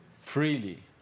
Freely